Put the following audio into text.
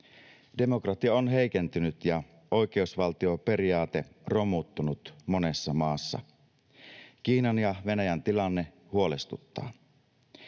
Demokratia on heikentynyt ja oikeusvaltioperiaate romuttunut monessa maassa. Kiinan ja Venäjän tilanne huolestuttaa.